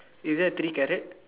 you don't have three carrot